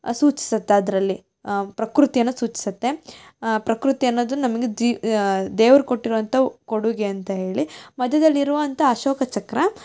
ಸೂಚಿಸುತ್ತೆ ಅದರಲ್ಲಿ ಪ್ರಕೃತಿಯನ್ನು ಸೂಚಿಸುತ್ತೆ ಪ್ರಕೃತಿ ಅನ್ನೋದು ನಮಗೆ ಜೀ ದೇವ್ರು ಕೊಟ್ಟಿರುವಂಥ ಕೊಡುಗೆ ಅಂತ ಹೇಳಿ ಮಧ್ಯದಲ್ಲಿರುವಂಥ ಅಶೋಕ ಚಕ್ರ